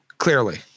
Clearly